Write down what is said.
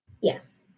Yes